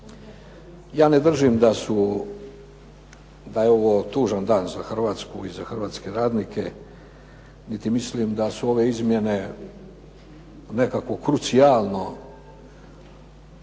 Ja ne držim da je ovo tužan dan za Hrvatsku niti za hrvatske radnike, niti mislim da su ove izmjene krucijalno